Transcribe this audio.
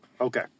Okay